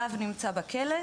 האב נמצא בכלא,